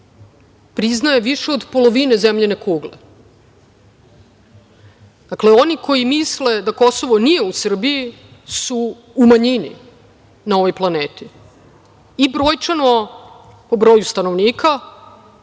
priznaje više od polovine zemljine kugle. Dakle, oni koji misle da Kosovo nije u Srbiji su u manjini na ovoj planeti i brojčano po broju stanovnika